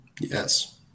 Yes